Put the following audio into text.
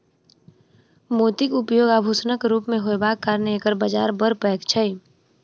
मोतीक उपयोग आभूषणक रूप मे होयबाक कारणेँ एकर बाजार बड़ पैघ छै